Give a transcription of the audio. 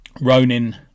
Ronin